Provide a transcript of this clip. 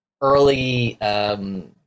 early